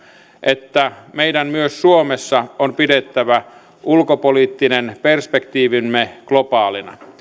että meidän myös suomessa on pidettävä ulkopoliittinen perspektiivimme globaalina